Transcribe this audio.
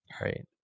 right